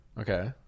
Okay